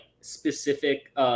specific